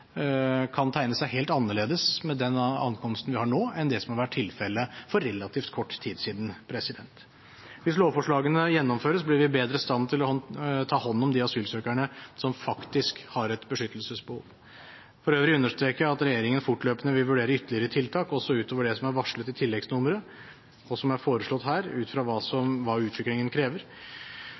kan tegne seg helt annerledes med den ankomsten vi har nå, enn det som har vært tilfellet for relativt kort tid siden. Hvis lovforslagene gjennomføres, blir vi bedre i stand til å ta hånd om de asylsøkerne som faktisk har et beskyttelsesbehov. For øvrig understreker jeg at regjeringen fortløpende vil vurdere ytterligere tiltak også utover det som er varslet i tilleggsnummeret og som er foreslått her, ut fra hva utviklingen krever.